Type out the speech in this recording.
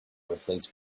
replaced